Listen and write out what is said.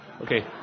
Okay